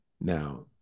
Now